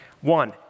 One